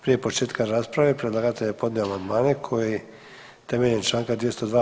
Prije početka rasprave predlagatelj je podnio amandmane koji temeljem čl. 202.